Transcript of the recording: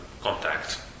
contact